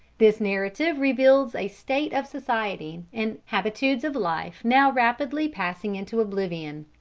this narrative reveals a state of society and habitudes of life now rapidly passing into oblivion.